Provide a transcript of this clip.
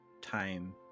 Time